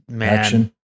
action